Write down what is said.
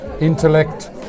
intellect